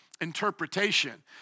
interpretation